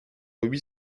huit